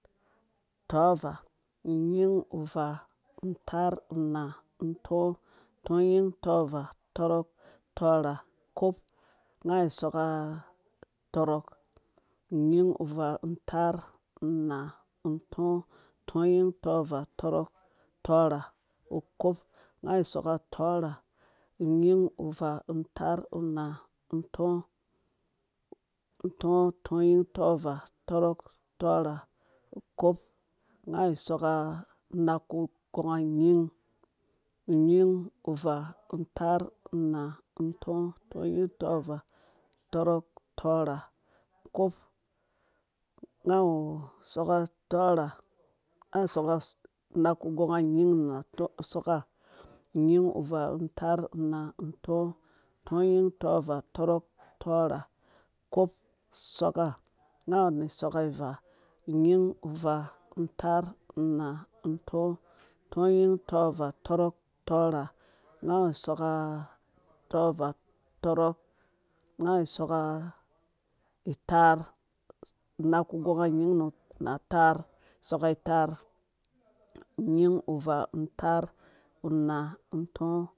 Tɔvaa unyin uvaa taar unaa untɔɔ tɔnyin tɔvaa tɔrɔk tɔrha kop nga awu tɔrɔk unyin uvaa taar unaa untɔɔ tɔnyin tɔvaa tɔrɔk tɔrha kop nga awu soka tɔrha unyin uvaa taar unaa untɔɔ tɔnyin tɔvaa tɔrɔk tɔrhakop nga awu soka unak ku gonga unyin unyin uvaa taar unaa untɔɔ tɔnyin tɔvaa tɔrɔk tɔrha kop nga awu unaku gonga nuyin na soka unyin uvaa taar unaa untɔɔ tɔnyin tɔvaa tɔrɔk tɔrha kop soka nga awu nu soka ivaa unyin uvaa taar unaa untɔɔ tɔnyin tɔvaa tɔrɔk tɔrha nga awu soka tɔvaa tɔrɔk tɔrha nga awu soka tɔvaa tɔrɔk nga awu soka itaar unaku gonga nyin na ataar soka itaar unyin uvaa taar unaa untɔɔ tɔnyin tɔvaa tɔrɔk tɔrha